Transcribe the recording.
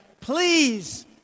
Please